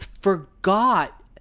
forgot